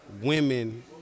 women